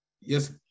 Yes